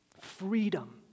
Freedom